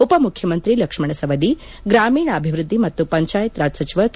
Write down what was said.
ಉಪಮುಖ್ಯಮಂತ್ರಿ ಲಕ್ಷ್ಮಣ ಸವದಿ ಗ್ರಾಮೀಣಾಭಿವೃದ್ದಿ ಮತ್ತು ಪಂಚಾಯತ್ ರಾಜ್ ಸಚಿವ ಕೆ